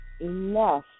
enough